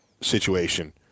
situation